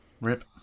Rip